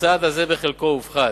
הצעד הזה, בחלקו, הופחת.